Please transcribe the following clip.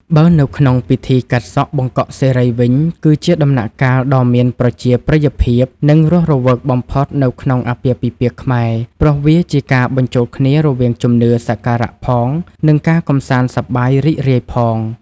បើនៅក្នុងពិធីកាត់សក់បង្កក់សិរីវិញ គឺជាដំណាក់កាលដ៏មានប្រជាប្រិយភាព និងរស់រវើកបំផុតនៅក្នុងអាពាហ៍ពិពាហ៍ខ្មែរ ព្រោះវាជាការបញ្ចូលគ្នារវាងជំនឿសក្ការៈផង និងការកម្សាន្តសប្បាយរីករាយផង។